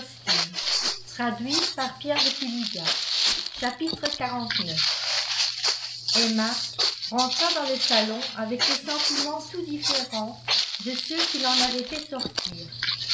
emma rentra dans le salon avec des sentiments tout différents de ceux qui l'en avaient fait sortir